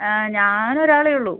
ആ ഞാനൊരാളെ ഉള്ളു